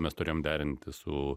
mes turėjom derinti su